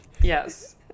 yes